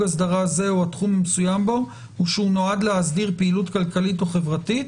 אסדרה זה או התחום המסוים בו הוא שהוא נועד להסדיר כלכלית או חברתית